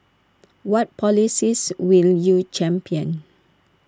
what policies will you champion